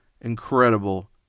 incredible